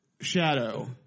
Shadow